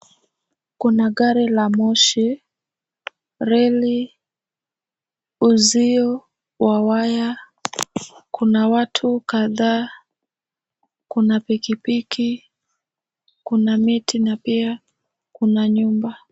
Kuna gari la moshi, reli, uzio wa waya, kuna watu kadhaa, kuna pikipiki ,kuna miti na pia kuna nyumba.